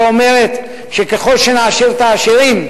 שאומרת שככל שנעשיר את העשירים,